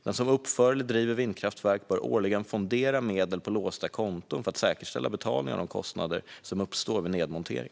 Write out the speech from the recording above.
Den som uppför eller driver vindkraftverk bör årligen fondera medel på låsta konton för att säkerställa betalningen av de kostnader som uppstår vid nedmontering.